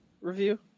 review